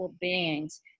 beings